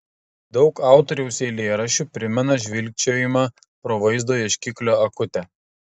daug autoriaus eilėraščių primena žvilgčiojimą pro vaizdo ieškiklio akutę